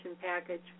package